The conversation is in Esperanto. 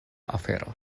afero